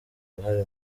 uruhare